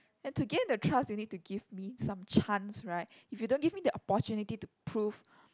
and to gain the trust you need to give me some chance right if you don't give me the opportunity to prove